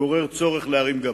גורר צורך להרים גבה,